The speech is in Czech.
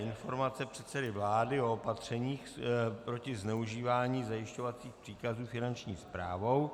Informace předsedy vlády o opatřeních proti zneužívání zajišťovacích příkazů Finanční správou